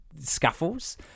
scuffles